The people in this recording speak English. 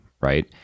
right